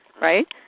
Right